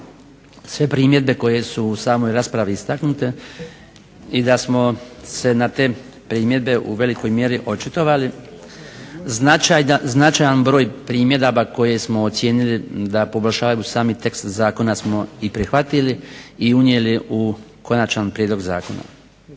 sve primjedbe koje su u samoj raspravi istaknute i da smo se na te primjedbe u velikoj mjeri očitovali. Značajan broj primjedaba koje smo ocijenili da poboljšavaju sami tekst zakona smo i prihvatili i unijeli u konačni prijedlog zakona.